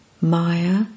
maya